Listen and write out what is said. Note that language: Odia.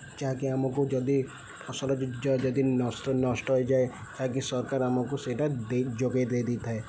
ଯାହାକି ଆମକୁ ଯଦି ଫସଲ ଯଦି ନଷ୍ଟ ନଷ୍ଟ ହୋଇଯାଏ ଯାହାକି ସରକାର ଆମକୁ ସେଇଟା ଦେଇ ଯୋଗାଇ ଦେଇ ଦେଇଥାଏ